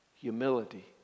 Humility